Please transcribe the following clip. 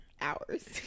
hours